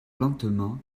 lentement